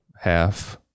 half